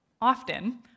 often